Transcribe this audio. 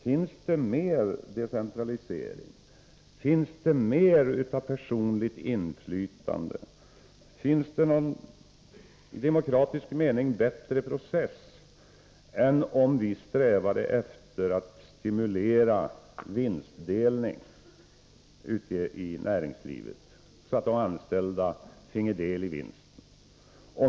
Finns det mer av decentralisering och personligt inflytande, och finns det i demokratisk mening någon bättre process än att sträva efter att stimulera till vinstdelning i näringslivet, så att också de anställda får del av vinsten?